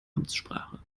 amtssprache